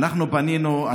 אנחנו פנינו,